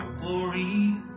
glory